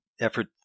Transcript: effort